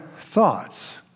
thoughts